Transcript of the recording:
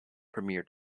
premier